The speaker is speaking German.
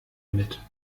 mit